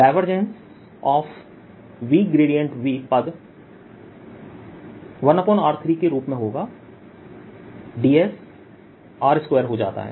तो यहVV पद 1r3 के रूप में होगा ds r2हो जाता है